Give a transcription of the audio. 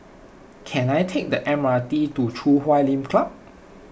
can I take the M R T to Chui Huay Lim Club